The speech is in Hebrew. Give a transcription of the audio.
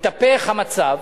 התהפך המצב,